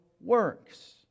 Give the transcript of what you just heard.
works